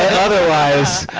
otherwise,